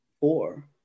four